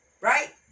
Right